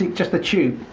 just the tube,